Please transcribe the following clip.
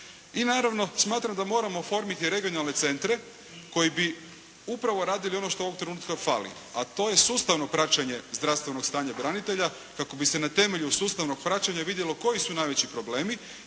I naravno smatram da moramo oformiti i regionalne centre koji bi upravo radili ono što ovog trenutka fali, a to je sustavno praćenje zdravstvenog stanja branitelja kako bi se na temelju sustavnog praćenja vidjelo koji su najveći problemi